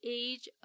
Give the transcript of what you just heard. age